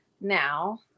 now